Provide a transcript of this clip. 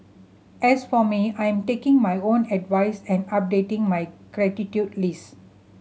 as for me I'm taking my own advice and updating my gratitude list